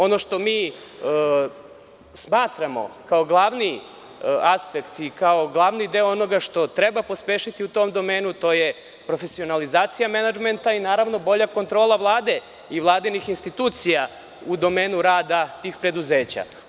Ono što mi smatramo kao glavni aspekt i kao glavni deo onoga što treba pospešiti u tom domenu, to je profesionalizacija menadžmenta i bolja kontrola Vlade i vladinih institucija u domenu rada tih preduzeća.